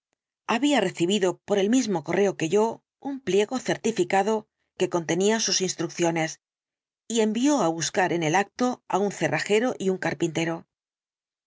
había recibido por el mismo correo que yo un pliego certificado que contenía sus instrucciones y envió á buscar en el acto á un cerrajero y un carpintero